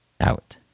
out